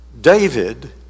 David